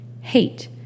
hate